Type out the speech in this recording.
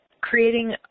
creating